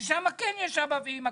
ששם יש "אבא" ו"אימא",